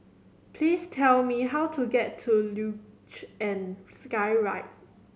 please tell me how to get to Luge and Skyride